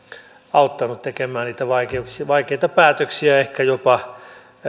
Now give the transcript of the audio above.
auttanut tekemään niitä vaikeita päätöksiä ehkä jopa